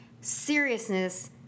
seriousness